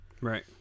Right